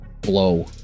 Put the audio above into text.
blow